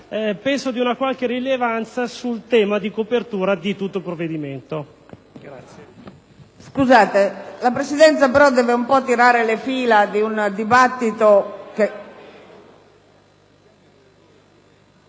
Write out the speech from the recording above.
di una qualche rilevanza in tema di copertura di tutto il provvedimento.